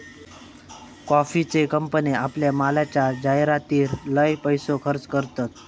कॉफीचे कंपने आपल्या मालाच्या जाहीरातीर लय पैसो खर्च करतत